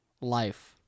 life